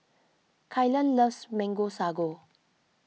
Kylan loves Mango Sago